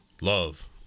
love